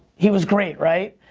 he was great. right?